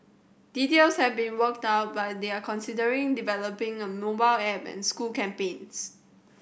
details have being worked out but they are considering developing a mobile app and school campaigns